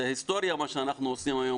זה היסטוריה מה שאנחנו עושים היום,